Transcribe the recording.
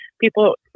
people